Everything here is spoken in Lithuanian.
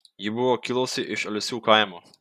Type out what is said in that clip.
ji buvo kilusi iš alsių kaimo